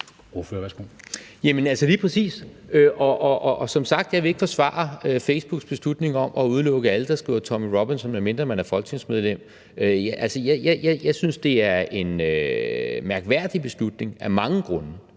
Jeg vil ikke forsvare Facebooks beslutning om at udelukke alle, der skriver Tommy Robinson, medmindre man er folketingsmedlem. Jeg synes, det er en mærkværdig beslutning af mange grunde